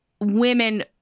women